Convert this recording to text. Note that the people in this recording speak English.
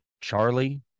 charlie